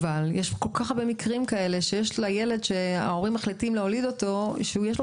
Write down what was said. יש כל כך הרבה מקרים כאלה שיש לילד שההורים מחליטים להוליד תפקיד.